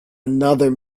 another